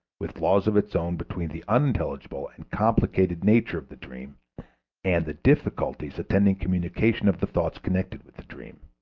with laws of its own, between the unintelligible and complicated nature of the dream and the difficulties attending communication of the thoughts connected with the dream.